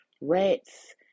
rats